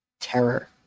terror